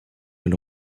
elle